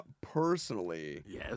Personally